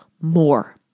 more